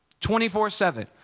24-7